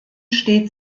steht